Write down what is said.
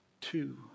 two